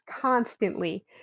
constantly